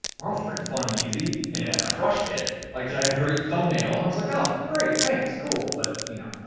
um was pretty fun and easy and yeah crushed it like cause i had a great thumbnail and i was like, oh great, thanks, cool, but you know,